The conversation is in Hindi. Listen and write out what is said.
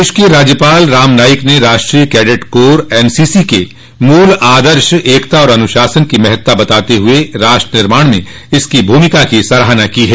प्रदेश के राज्यपाल राम नाईक ने राष्ट्रीय कैडिट कोर एनसीसी के मूल आदर्श एकता और अनुशासन की महत्ता बताते हुए राष्ट्र निर्माण में इसकी भूमिका की सराहना की है